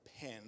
pen